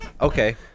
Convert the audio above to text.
Okay